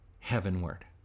heavenward